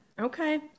Okay